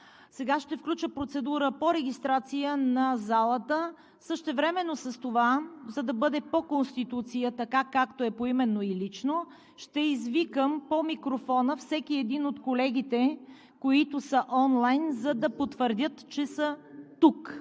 Сега ще включа процедура по регистрация на залата. Същевременно, за да бъде по Конституция така, както е поименно и лично, ще извикам по микрофона всеки един от колегите, които са онлайн, за да потвърдят, че са тук,